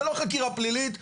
זו לא חקירה פלילית.